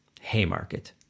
Haymarket